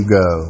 go